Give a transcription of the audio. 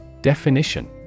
definition